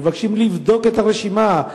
מבקשים לבדוק את הרשימה.